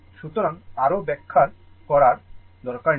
সুতরাং আরও ব্যাখ্যা করার দরকার নেই